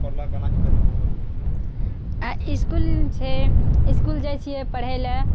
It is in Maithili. पढ़लऽ केना की करलऽ उहे बारेमे बोलऽ आइ इसकुल छै इसकुल जाइ छियै पढ़य लए